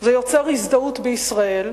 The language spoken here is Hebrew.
זה יוצר הזדהות בישראל,